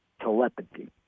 telepathy